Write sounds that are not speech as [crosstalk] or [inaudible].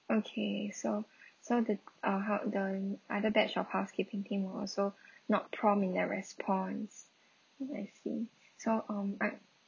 okay so so the uh hou~ the other batch of housekeeping team were also not prompt in their response I see so um [noise]